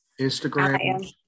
Instagram